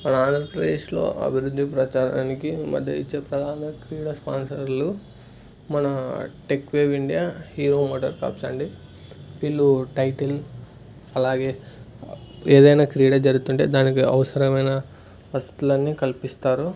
మన ఆంధ్రప్రదేశ్లో అభివృద్ధి ప్రచారానికి మద్దతుని ఇచ్చే ప్రధాన క్రీడ స్పాన్సర్లు మన టెక్వేవ్ ఇండియా హీరో మోటోకప్ అండి వీళ్ళు టైటిల్ అలాగే ఏదైనా క్రీడ జరుగుతు ఉంటే దానికి అవసరమైన వసతులు అన్నీ కల్పిస్తారు